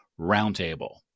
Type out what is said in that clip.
Roundtable